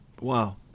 Wow